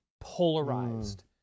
polarized